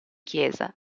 chiesa